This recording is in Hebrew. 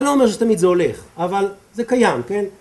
‫לא אומר שתמיד זה הולך, ‫אבל זה קיים, כן?